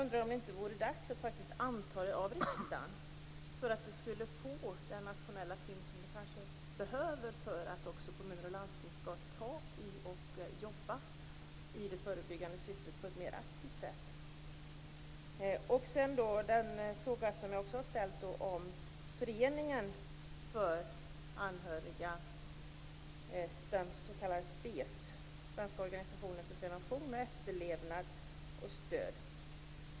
Men vore det inte dags för riksdagen att anta programmet för att få den nationella tyngd det behöver för att kommuner och landsting på ett mer aktivt sätt skall arbeta förebyggande? Jag ställde också en fråga om föreningen för anhöriga, SPES, Svenska organisationen för Prevention och Efterlevandes Stöd.